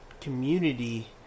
community